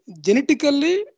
genetically